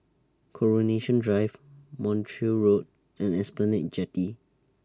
Coronation Drive Montreal Road and Esplanade Jetty